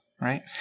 right